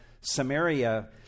Samaria